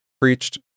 preached